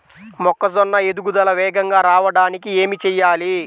మొక్కజోన్న ఎదుగుదల వేగంగా రావడానికి ఏమి చెయ్యాలి?